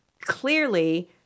clearly